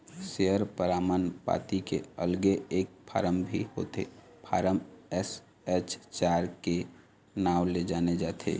share परमान पाती के अलगे एक फारम भी होथे फारम एस.एच चार के नांव ले जाने जाथे